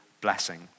blessing